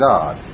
God